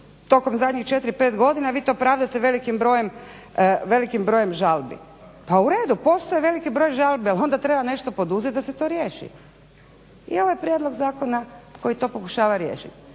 tokom zadnjih 4,5 godina i vi to pravdate velikim brojem žalbi. Pa u redu, postoji veliki broj žalbi ali onda treba nešto poduzet da se to riješi i ovo je prijedlog zakona koji to pokušava riješiti.